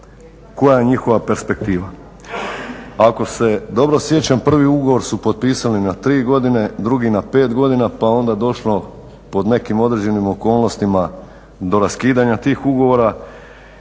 koja je njihova perspektiva? Ako se dobro sjećam prvi ugovor su potpisali na tri godine, drugi na pet godina pa je onda došlo pod nekim određenim okolnostima do raskidanja tih ugovora.